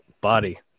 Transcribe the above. body